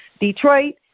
Detroit